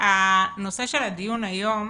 נושא הדיון היום